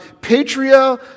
patria